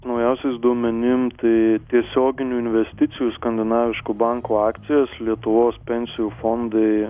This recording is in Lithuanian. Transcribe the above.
naujausiais duomenim tai tiesioginių investicijų į skandinaviškų bankų akcijas lietuvos pensijų fondai